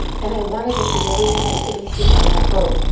and i wanted to see everything that was to be seen on that boat,